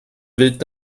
wild